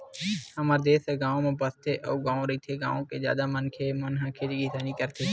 हमर देस ह गाँव म बसथे अउ गॉव रहिथे, गाँव के जादा मनखे मन ह खेती किसानी करथे